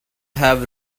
have